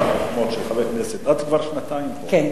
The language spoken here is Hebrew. אחת, של חבר כנסת, את כבר שנתיים פה, כן.